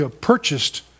purchased